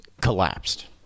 collapsed